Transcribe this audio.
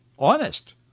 Honest